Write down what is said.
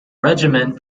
regiment